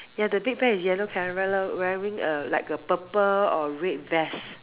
ya the big bear is yellow wearing a like a purple or red vest